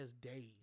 days